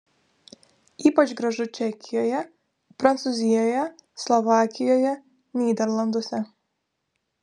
ypač gražu čekijoje prancūzijoje slovakijoje nyderlanduose